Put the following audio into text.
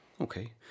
Okay